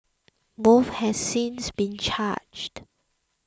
both have since been charged